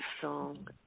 song